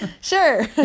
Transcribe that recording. Sure